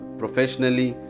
professionally